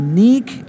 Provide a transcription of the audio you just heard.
Unique